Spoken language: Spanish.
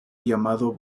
llamado